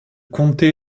comté